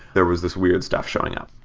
there was this weird stuff showing up.